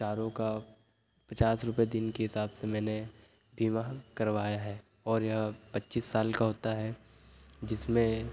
चारों का पचास रूपये दिन के हिसाब से मैंने बीमा करवाया है और यह पच्चीस साल का होता है जिसमें